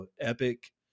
Epic